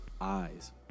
eyes